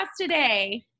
today